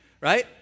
right